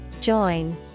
Join